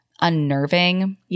unnerving